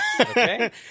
Okay